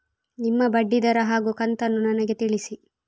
ನಿಮ್ಮ ಬಡ್ಡಿದರ ಹಾಗೂ ಕಂತನ್ನು ನನಗೆ ತಿಳಿಸಿ?